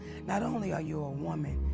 not only are you a woman,